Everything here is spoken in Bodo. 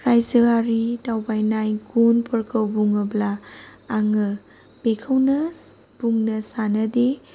रायजोआरि दावबायनाय गुनफोरखौ बुङोब्ला आङो बेखौनो बुंनो सानोदि